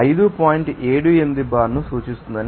78 బార్ను సూచిస్తుందని సూచిస్తుంది